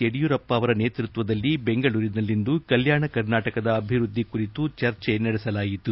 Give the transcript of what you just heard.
ಯಡಿಯೂರಪ್ಪ ಅವರ ನೇತೃತ್ವದಲ್ಲಿ ಬೆಂಗಳೂರಿನಲ್ಲಿಂದು ಕಲ್ಯಾಣ ಕರ್ನಾಟಕದ ಅಭಿವೃದ್ದಿ ಚರ್ಚೆ ನಡೆಸಲಾಯಿತು